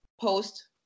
post